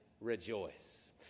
rejoice